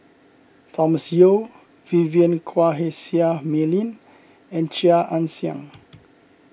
Thomas Yeo Vivien Quahe Seah Mei Lin and Chia Ann Siang